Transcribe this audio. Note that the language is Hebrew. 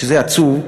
וזה עצוב.